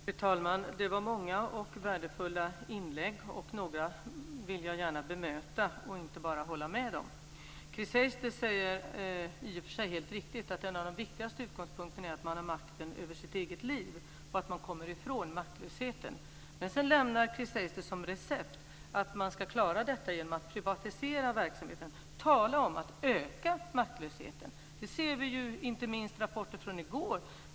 Fru talman! Det var många och värdefulla inlägg. Några vill jag gärna bemöta och inte bara hålla med. Chris Heister säger i och för sig helt riktigt att en av de viktigaste utgångspunkterna är att man har makten över sitt eget liv och att man kommer ifrån maktlösheten. Men sedan lämnar Chris Heister som recept att man ska klara detta genom att privatisera verksamheten. Tala om att öka maktlösheten! Det ser vi inte minst i rapporten från i går.